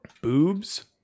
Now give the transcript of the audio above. boobs